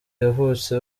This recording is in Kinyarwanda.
yazutse